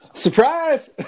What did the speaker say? surprise